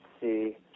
see